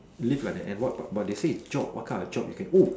live like that and what what but they said job what kind of job you can move